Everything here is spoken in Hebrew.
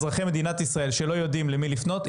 אזרחי מדינת ישראל שלא יודעים למי לפנות,